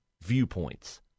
viewpoints